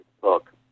book